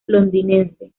londinense